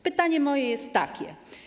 Pytanie moje jest takie.